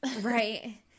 right